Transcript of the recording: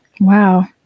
Wow